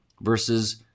versus